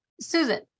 Susan